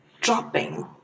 dropping